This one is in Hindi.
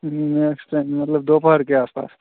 नेक्स्ट टाइम मतलब दोपहर के आस पास